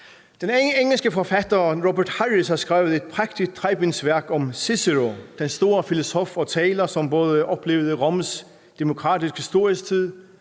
Den engelske forfatter Robert Harris har skrevet et prægtigt trebindsværk om Cicero, den store filosof og taler, som oplevede Roms demokratiske storhedstid,